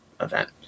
event